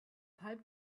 palm